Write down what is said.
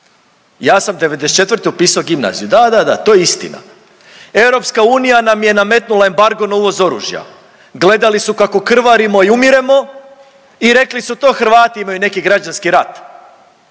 Ja sam '94. upisao gimnaziju, da, da, da to je istina. EU nam je nametnula embargo na uvoz oružja. Gledali su kako krvarimo i umiremo i rekli su to Hrvati imaju neki građanski rat.